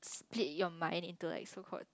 played your mind into like so called